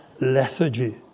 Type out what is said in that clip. Lethargy